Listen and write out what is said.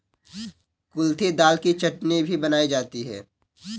कुल्थी दाल की चटनी भी बनाई जाती है